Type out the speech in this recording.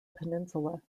peninsula